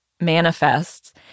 manifests